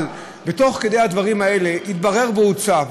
אבל תוך כדי הדברים האלה התברר והוצג,